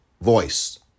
voice